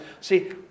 see